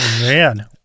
man